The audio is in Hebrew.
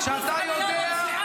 בלי אף מנגנון.